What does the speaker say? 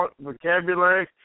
vocabulary